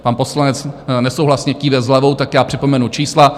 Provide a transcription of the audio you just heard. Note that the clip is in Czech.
Pan poslanec nesouhlasně kýve hlavou, tak já připomenu čísla.